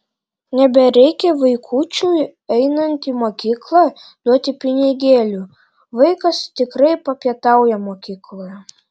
nebereikia vaikučiui einant į mokyklą duoti pinigėlių vaikas tikrai papietauja mokykloje